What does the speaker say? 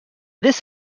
this